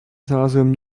znalazłem